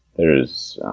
there's